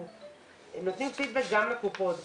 אנחנו נותנים פידבק גם לקופות,